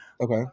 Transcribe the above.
Okay